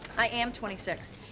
i am twenty six.